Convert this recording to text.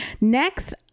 Next